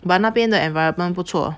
but 那边的 environment 不错